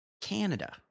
Canada